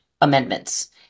amendments